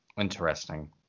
Interesting